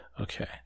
Okay